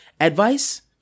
Advice